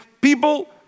people